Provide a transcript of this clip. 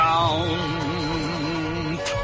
Count